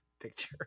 picture